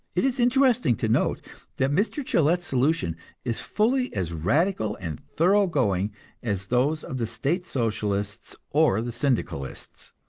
it is interesting to note that mr. gillette's solution is fully as radical and thorough-going as those of the state socialists or the syndicalists.